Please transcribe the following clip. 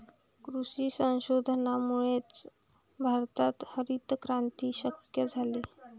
कृषी संशोधनामुळेच भारतात हरितक्रांती शक्य झाली